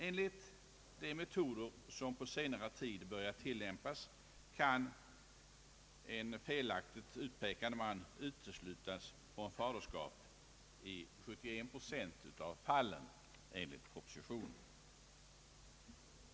Enligt de allt förnämligare metoder, som på senare tid börjat tillämpas, kan en felaktigt utpekad man uteslutas från faderskap i 71 procent av fallen, framgår det av propositionen.